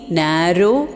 narrow